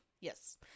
Yes